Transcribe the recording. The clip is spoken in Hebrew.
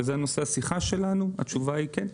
שזה נושא השיחה שלנו, התשובה היא כן.